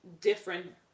different